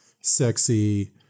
sexy